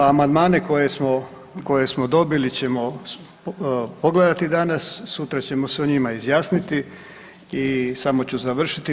Amandmane koje smo dobili ćemo pogledati danas, sutra ćemo se o njima izjasniti i samo ću završiti.